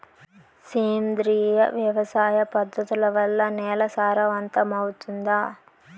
సేంద్రియ వ్యవసాయ పద్ధతుల వల్ల, నేల సారవంతమౌతుందా?